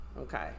Okay